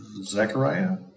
Zechariah